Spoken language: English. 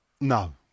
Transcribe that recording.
No